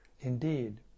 Indeed